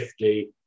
50